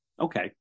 Okay